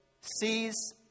sees